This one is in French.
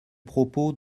propos